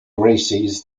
races